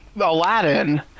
Aladdin